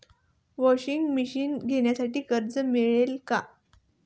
Washing machine घेण्यासाठी कर्ज मिळेल का?